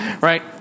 right